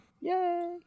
Yay